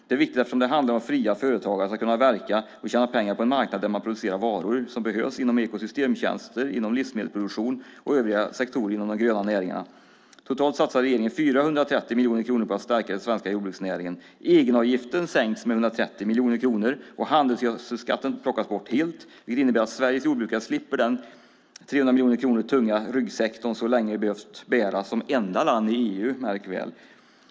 Det är viktigt, eftersom det handlar om att fria företagare ska kunna verka och tjäna pengar på en marknad där man producerar varor som behövs inom ekosystemtjänster, inom livsmedelsproduktion och övriga sektorer inom de gröna näringarna. Totalt satsar regeringen 430 miljoner kronor på att stärka den svenska jordbruksnäringen. Egenavgiften sänks med 130 miljoner kronor. Handelsgödselskatten plockas bort helt, vilket innebär att Sveriges jordbrukare slipper den 300 miljoner kronor tunga ryggsäck de så länge behövt bära som enda land i EU, märk väl.